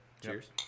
Cheers